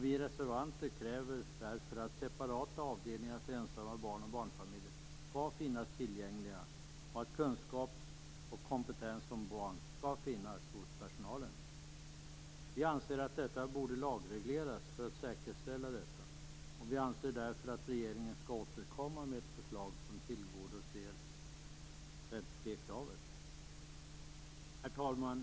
Vi reservanter kräver därför att separata avdelningar för ensamma barn och barnfamiljer skall finnas tillgängliga och att kunskap om och kompetens när det gäller barn skall finnas hos personalen. Vi anser att detta borde lagregleras för att säkerställas, och vi anser därför att regeringen skall återkomma med ett förslag som tillgodoser detta krav. Herr talman!